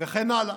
וכן הלאה.